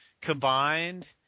combined